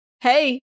Hey